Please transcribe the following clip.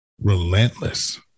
relentless